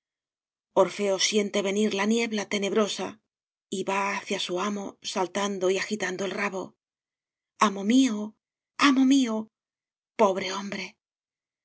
orfeo siente venir la niebla tenebrosa y va hacia su amo saltando y agitando el rabo amo mío amo mío pobre hombre